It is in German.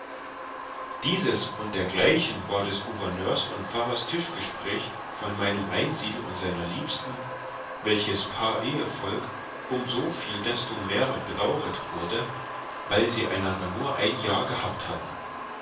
dieses und dergleichen war des gouverneurs und pfarrers tischgespräch von meinem einsiedel und seiner liebsten welches paar ehevolk um soviel desto mehr bedauret wurde weil sie einander nur ein jahr gehabt hatten